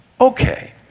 Okay